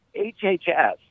HHS